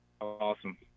Awesome